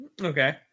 Okay